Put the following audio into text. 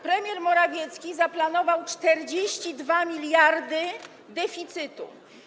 Premier Morawiecki zaplanował 42 mld deficytu.